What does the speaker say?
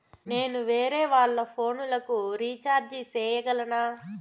నేను వేరేవాళ్ల ఫోను లకు రీచార్జి సేయగలనా?